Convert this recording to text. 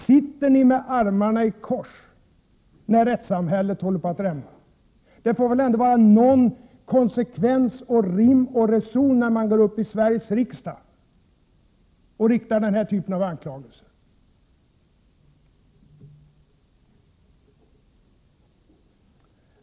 Sitter ni med armarna i kors när rättssamhället håller på att rämna? Det får väl ändå vara någon konsekvens, någon rim och reson när man i Sveriges riksdag riktar den här typen av anklagelser.